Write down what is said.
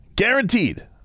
Guaranteed